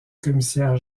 commissaire